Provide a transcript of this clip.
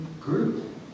group